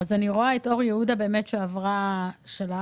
אני רואה את אור יהודה שעברה שלב,